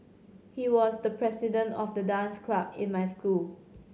he was the president of the dance club in my school